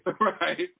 Right